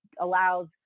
allows